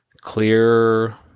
Clear